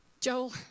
Joel